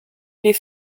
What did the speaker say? les